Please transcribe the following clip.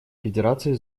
федерации